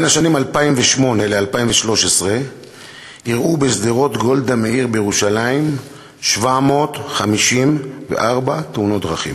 בשנים 2008 2013 אירעו בשדרות גולדה מאיר בירושלים 754 תאונות דרכים,